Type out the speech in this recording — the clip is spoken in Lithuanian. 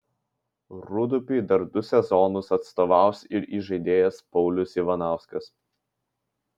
rūdupiui dar du sezonus atstovaus ir įžaidėjas paulius ivanauskas